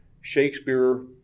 Shakespeare